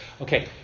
Okay